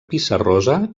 pissarrosa